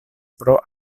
pro